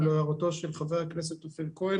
ולהערתו של חבר הכנסת אופיר כץ,